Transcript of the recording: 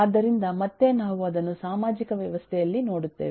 ಆದ್ದರಿಂದ ಮತ್ತೆ ನಾವು ಅದನ್ನು ಸಾಮಾಜಿಕ ವ್ಯವಸ್ಥೆಯಲ್ಲಿ ನೋಡುತ್ತೇವೆ